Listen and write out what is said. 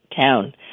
town